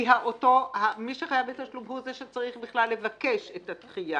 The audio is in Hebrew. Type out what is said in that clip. כי זה שחייב בתשלום הוא זה שחייב לבקש את הדחייה,